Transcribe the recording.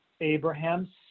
Abraham's